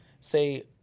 say